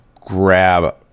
grab